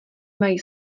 mají